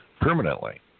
permanently